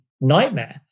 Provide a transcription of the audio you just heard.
nightmare